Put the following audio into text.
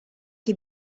che